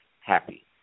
happy